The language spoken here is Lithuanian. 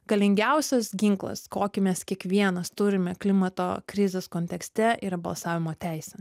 galingiausias ginklas kokį mes kiekvienas turime klimato krizės kontekste yra balsavimo teisė